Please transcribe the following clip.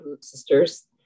sisters